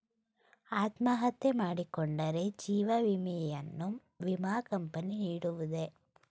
ಅತ್ಮಹತ್ಯೆ ಮಾಡಿಕೊಂಡರೆ ಜೀವ ವಿಮೆಯನ್ನು ವಿಮಾ ಕಂಪನಿ ನೀಡುವುದೇ?